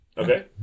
Okay